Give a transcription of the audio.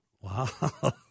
Wow